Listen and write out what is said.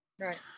Right